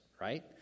right